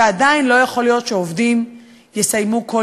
ועדיין לא יכול להיות שעובדים יסיימו כל